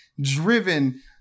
driven